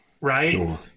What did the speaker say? right